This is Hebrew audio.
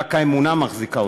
רק האמונה מחזיקה אותנו.